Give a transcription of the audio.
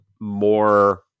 more